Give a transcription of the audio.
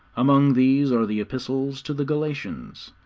among these are the epistles to the galatians,